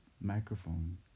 microphone